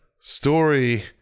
story